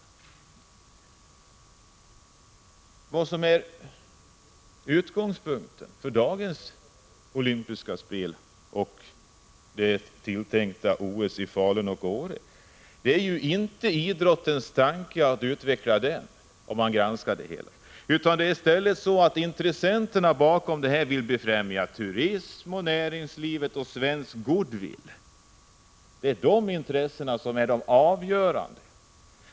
Om man granskar det hela finner man att utgångspunkten för våra dagars olympiska spel och tilltänkt OS i Falun och Åre inte är idrottens tanke och viljan att utveckla den. Intressenterna bakom dessa men vill i stället befrämja turismen, näringslivet och svensk goodwill. Det är de intressena som är de avgörande.